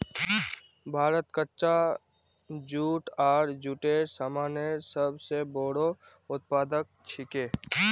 भारत कच्चा जूट आर जूटेर सामानेर सब स बोरो उत्पादक छिके